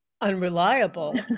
unreliable